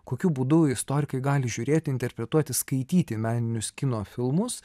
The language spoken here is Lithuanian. kokiu būdu istorikai gali žiūrėti interpretuoti skaityti meninius kino filmus